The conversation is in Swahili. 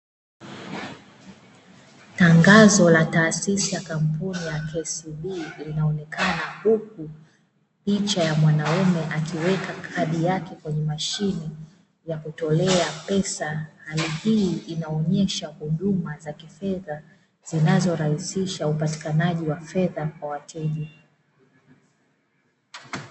Tangazo la kampuni ya KCB linaonekana, huku picha ya mwanaume akiweka kadi yake kwenye mashine yakutolea pesa, hali hii inaonesha huduma za kifedha, zinazorahisisha upatikanaji wa fedha kwa wateja.